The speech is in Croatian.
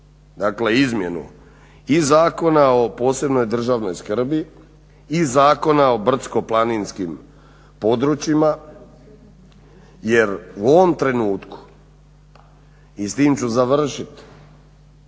dakle izmjenu i Zakona o posebnoj državnoj skrbi i Zakona o brdsko-planinskim područjima jer u ovom trenutku i s tim ću završiti,